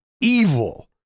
evil